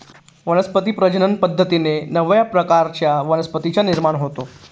वनस्पती प्रजनन पद्धतीने नव्या प्रकारच्या वनस्पतींचा निर्माण होतो